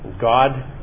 God